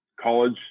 college